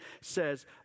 says